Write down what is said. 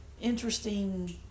interesting